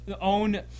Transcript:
own